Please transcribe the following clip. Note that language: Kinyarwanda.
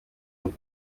aho